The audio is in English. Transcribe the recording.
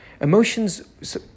Emotions